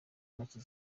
ntoki